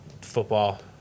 football